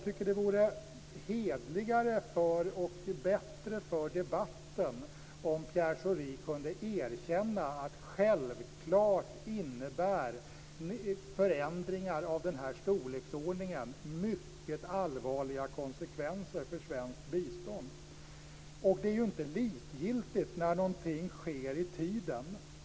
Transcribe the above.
Det vore hederligare och bättre för debatten om Pierre Schori kunde erkänna att förändringar i denna storleksordning självklart innebär mycket allvarliga konsekvenser för svenskt bistånd. Det är inte likgiltigt när i tiden något sker.